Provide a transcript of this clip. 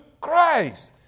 Christ